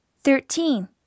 Thirteen